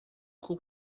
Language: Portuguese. com